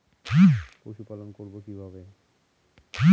পশুপালন করব কিভাবে?